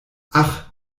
ach